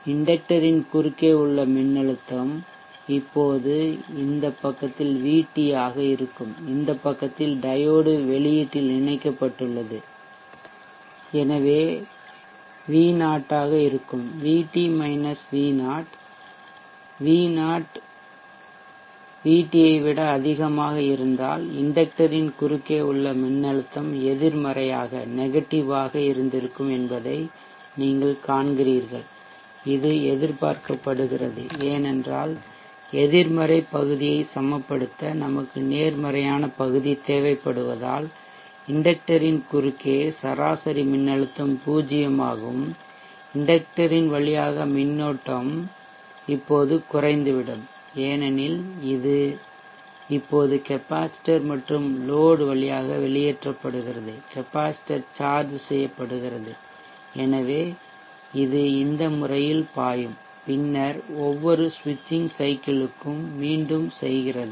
inductor ன் குறுக்கே உள்ள மின்னழுத்தம் இப்போது இந்த பக்கத்தில் VT ஆக இருக்கும் இந்த பக்கத்தில் டையோடு வெளியீட்டில் இணைக்கப்பட்டுள்ளது எனவே இது V0 ஆக இருக்கும் எனவே Vt V0 V0 VT ஆக இருந்தால் இண்டக்டர் ன் குறுக்கே உள்ள மின்னழுத்தம் எதிர்மறையாக இருந்திருக்கும் என்பதை நீங்கள் காண்கிறீர்கள் இது எதிர்பார்க்கப்படுகிறது ஏனென்றால் எதிர்மறை பகுதியை சமப்படுத்த நமக்கு நேர்மறையான பகுதி தேவைப்படுவதால் இண்டக்டர் ன் குறுக்கே சராசரி மின்னழுத்தம் பூஜ்ஜியமாகவும் இண்டக்டர் ன் வழியாக மின்னோட்டம் இப்போது குறைந்துவிடும் ஏனெனில் இது இப்போது கெப்பாசிட்டர் மற்றும் லோட்வழியாக வெளியேற்றப்படுகிறது கெப்பாசிட்டர் சார்ஜ் செய்யப்படுகிறது எனவே இது இந்த முறையில் பாயும் பின்னர் ஒவ்வொரு சுவிட்ச்சிங் சைக்கிள் க்கும் மீண்டும் செய்கிறது